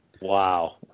Wow